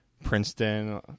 princeton